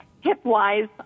hip-wise